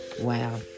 Wow